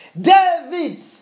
David